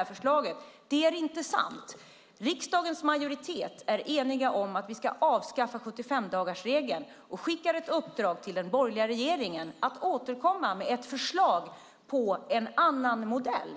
av förslaget. Det är inte sant. Riksdagens majoritet är enig om att vi ska avskaffa 75-dagarsregeln och skickar ett uppdrag till den borgerliga regeringen att återkomma med ett förslag till en annan modell.